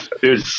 dude